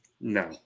No